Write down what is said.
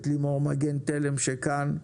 את לימור מגן תלם שכאן,